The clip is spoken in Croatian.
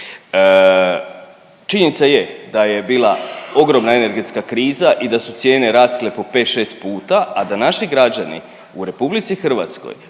Činjenica je da je bila ogromna energetska kriza i da su cijene raste po 5, 6 puta, a da naši građani u RH porast